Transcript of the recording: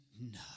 No